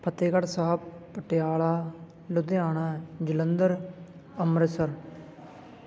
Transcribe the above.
Fatehgarh Sahib Patiala Ludhiana Jalandhar Amritsar